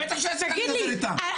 בטח שאת צריכה לדבר איתם.